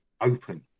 open